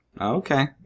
okay